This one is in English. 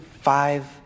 five